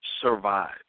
survive